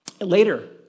Later